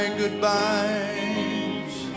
goodbyes